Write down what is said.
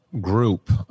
group